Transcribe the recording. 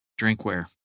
drinkware